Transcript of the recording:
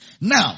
Now